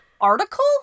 article